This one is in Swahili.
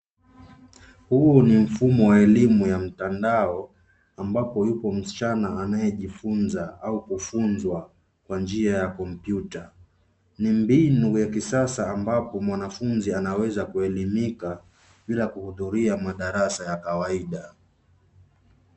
Huu ni mfumo wa elimu ya mtandao ambapo yupo msichana anayejifunza au kufunzwa kwa njia ya kompyuta. Ni mbinu ya kisasa ambapo mwanafunzi anaweza kuelimika bila kuhudhuria madarasa ya kawaida.